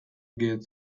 get